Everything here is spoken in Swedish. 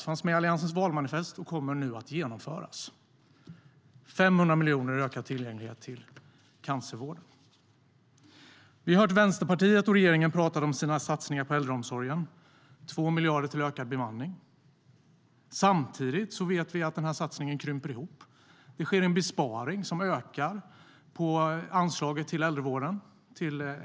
Det fanns med i Alliansens valmanifest och kommer nu att genomföras. 500 miljoner går till ökad tillgänglighet i cancervården. Vi har hört Vänsterpartiet och regeringen tala om sina satsningar på äldreomsorgen med 2 miljarder till ökad bemanning. Samtidigt vet vi att satsningen krymper. En besparing på äldreanslaget ökar.